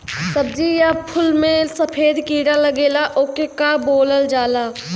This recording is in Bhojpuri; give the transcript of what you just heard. सब्ज़ी या फुल में सफेद कीड़ा लगेला ओके का बोलल जाला?